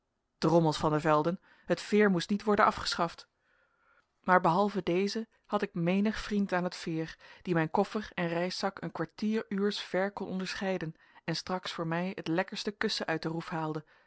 drommels van der velden het veer moest niet worden afgeschaft maar behalve dezen had ik menig vriend aan het veer die mijn koffer en reiszak een kwartier uurs ver kon onderscheiden en straks voor mij het lekkerste kussen uit de roef haalde